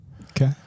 Okay